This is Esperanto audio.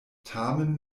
tamen